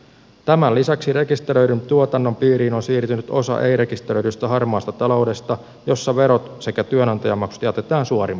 tämän lisäksi rekisteröidyn tuotannon piiriin on siirtynyt osa ei rekisteröidystä harmaasta taloudesta jossa verot sekä työnantajamaksut jätetään suorittamatta